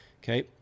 Okay